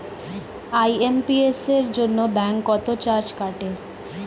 IMPS এর জন্য bank কত চার্জ কাটে?